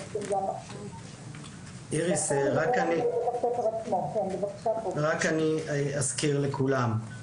רק אני אזכיר לכולם,